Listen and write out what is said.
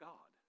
God